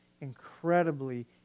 incredibly